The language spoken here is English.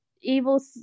evil